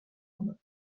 کند